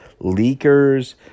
leakers